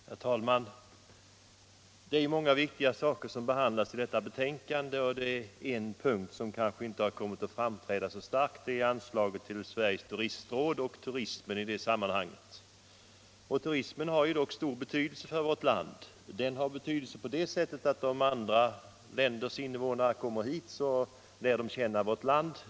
Herr talman! Det är många viktiga saker som behandlas i detta betänkande, och det är en punkt som kanske inte har kommit att framträda så starkt. Den gäller anslaget till Sveriges turistråd och turismen i det sammanhanget. Turismen har dock stor betydelse för vårt land. Den har betydelse på det sättet att om andra länders invånare kommer hit, lär de känna vårt land.